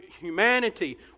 humanity